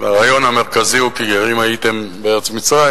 והרעיון המרכזי הוא "כי גרים הייתם בארץ מצרים".